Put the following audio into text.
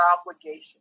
obligation